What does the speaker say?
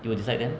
you dislike them